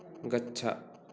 गच्छ